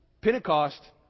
Pentecost